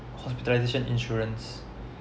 hospitalisation insurance